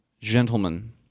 gentlemen